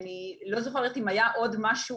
אני לא זוכרת אם היה עוד משהו.